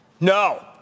No